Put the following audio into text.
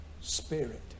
spirit